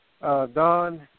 Don